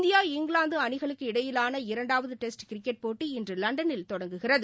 India இங்கிலாந்துஅணிகளுக்கு இடையிலான இரண்டாவதுடெஸ்ட் கிரிக்கெட் போட்டி இன்றுலண்டனில் தொடங்குகிறது